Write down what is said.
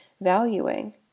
valuing